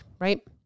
right